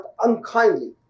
unkindly